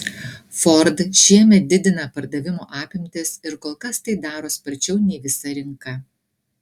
ford šiemet didina pardavimo apimtis ir kol kas tai daro sparčiau nei visa rinka